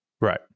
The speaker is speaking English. Right